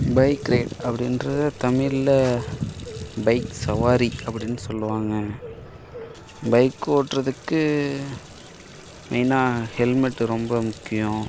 bike ride அப்டின்றதை தமிழில் bike சவாரி அப்படின்னு சொல்வாங்க பைக் ஓட்டுறதுக்கு மெயினாக ஹெல்மெட்டு ரொம்ப முக்கியம்